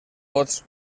vots